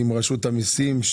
עם רשות המיסים,